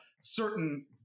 certain